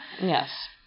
Yes